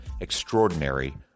extraordinary